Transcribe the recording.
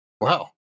wow